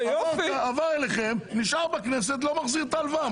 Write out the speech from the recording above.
עבר אליכם, נשאר בכנסת, לא מחזיר את ההלוואה.